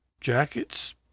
Jackets